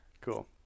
Cool